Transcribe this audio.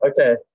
Okay